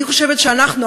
אני חושבת שאנחנו,